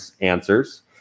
answers